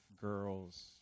girls